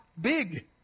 big